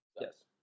Yes